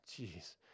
Jeez